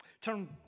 Turn